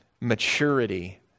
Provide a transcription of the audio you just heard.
maturity